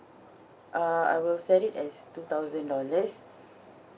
uh I will set it as two thousand dollars